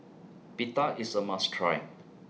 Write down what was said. Pita IS A must Try